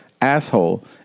asshole